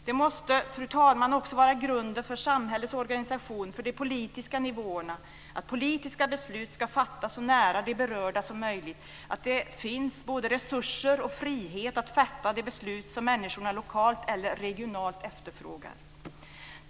Det måste, fru talman, vara grunden för samhällets organisation, för de politiska nivåerna, att politiska beslut ska fattas så nära de berörda som möjligt och att det finns både resurser och frihet att fatta de beslut som människorna lokalt och regionalt efterfrågar.